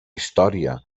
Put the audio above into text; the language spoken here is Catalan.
història